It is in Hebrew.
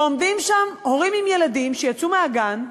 ועומדים שם הורים עם ילדים שיצאו מהגן,